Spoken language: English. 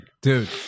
dude